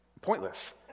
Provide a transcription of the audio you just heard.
pointless